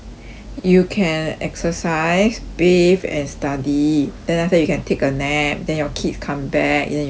you can exercise bathe and study then after you can take a nap then your kids come back then you all eat